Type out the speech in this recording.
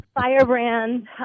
firebrand